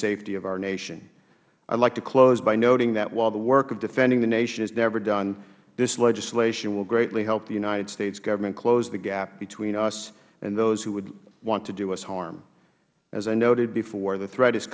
safety of our nation i would like to close by noting by that while the work of defending the nation is never done this legislation will greatly help the united states government close the gap between us and those who would want to do us harm as i noted before the threat is